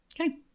Okay